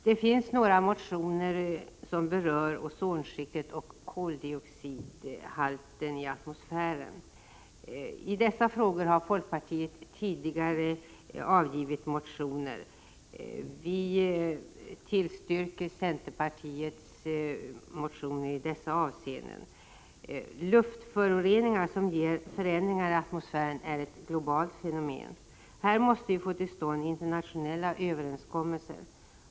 : Det finns några motioner som berör ozonskiktet och koldioxidhalten i atmosfären. I dessa frågor har folkpartiet tidigare avgett motioner. Vi tillstyrker här centerpartiets motion i dessa avseenden. Luftföroreningar som ger förändringar i atmosfären är ett globalt feno 93 men. Här måste vi få till stånd internationella överenskommelser.